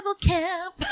camp